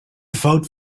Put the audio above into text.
vote